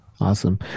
Awesome